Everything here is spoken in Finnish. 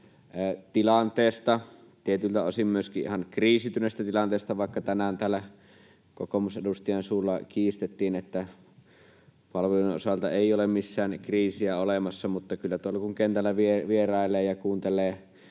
tilanteesta, tietyiltä osin myöskin ihan kriisiytyneestä tilanteesta, vaikka tänään täällä kokoomusedustajan suulla kiistettiin, että palvelujen osalta ei ole missään kriisiä olemassa, mutta kyllä tuolla kun kentällä vierailee ja kuuntelee